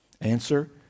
Answer